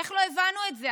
איך לא הבנו את זה?